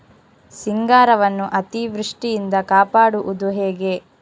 ಸಿಂಗಾರವನ್ನು ಅತೀವೃಷ್ಟಿಯಿಂದ ಕಾಪಾಡುವುದು ಹೇಗೆ?